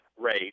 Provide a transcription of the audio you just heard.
rate